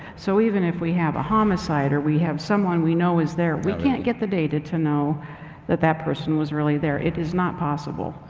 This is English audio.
so even if we have a homicide or we have someone we know is there, we can't get the data to know that that person was really there. it is not possible.